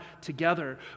together